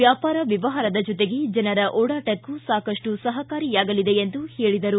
ವ್ಯಾಪಾರ ವ್ಯವಹಾರದ ಜೊತೆಗೆ ಜನರ ಓಡಾಟಕ್ಕೂ ಸಾಕಷ್ಟು ಸಹಕಾರಿಯಾಗಲಿದೆ ಎಂದು ಹೇಳಿದರು